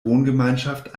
wohngemeinschaft